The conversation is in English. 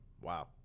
Wow